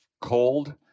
cold